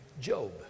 job